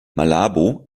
malabo